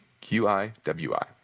Q-I-W-I